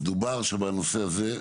דובר שם על הנושא הזה.